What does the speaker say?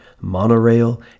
monorail